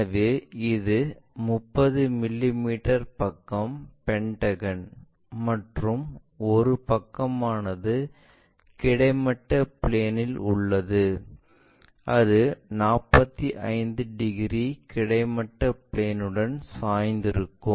எனவே இது 30 மிமீ பக்க பென்டகன் மற்றும் ஒரு பக்கமானது கிடைமட்ட பிளேன் இல் உள்ளது அது 45 டிகிரி கிடைமட்ட பிளேன் உடன் சாய்ந்திருக்கும்